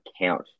account